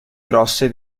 grosse